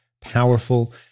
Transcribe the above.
powerful